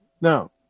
now